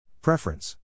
Preference